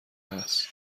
هست